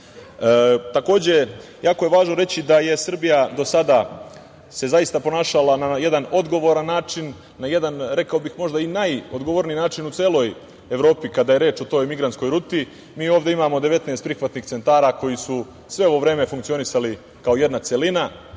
državu. Takođe, jako je važno reći da se Srbija do sada zaista ponašala na jedan odgovoran način, na jedan, rekao bih možda i najodgovorniji način u celoj Evropi kada je reč o toj migrantskoj ruti. Mi ovde imamo 19 prihvatnih centara koji su sve ovo vreme funkcionisali kao jedna celina.